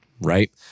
right